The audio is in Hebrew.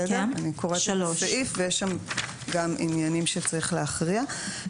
אני קוראת את הסעיף ויש שם גם עניינים שצריך להכריע.